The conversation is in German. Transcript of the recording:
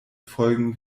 folgen